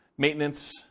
Maintenance